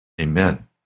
Amen